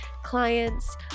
clients